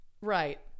Right